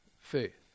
faith